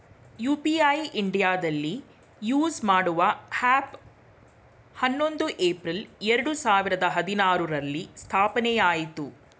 UPI ಇಂಡಿಯಾದಲ್ಲಿ use ಮಾಡುವ app ಹನ್ನೊಂದು ಏಪ್ರಿಲ್ ಎರಡು ಸಾವಿರದ ಹದಿನಾರುರಲ್ಲಿ ಸ್ಥಾಪನೆಆಯಿತು